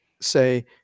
say